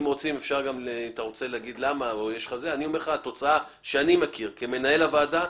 אני אומר לך שהתוצאה שאני מכיר כיושב ראש הוועדה,